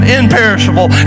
imperishable